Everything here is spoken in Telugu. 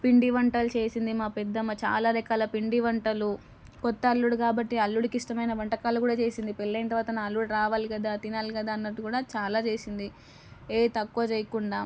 పిండి వంటలు చేసింది మా పెద్దమ్మ చాలా రకాల పిండి వంటలు కొత్త అల్లుడు కాబట్టి అల్లుడికి ఇష్టమైన వంటకాలు కూడా చేసింది పెళ్ళైన తరువాత నా అల్లుడు రావాలి కదా తినాలి కదా అన్నట్టు కూడా చాలా చేసింది ఏది తక్కువ చేయకుండా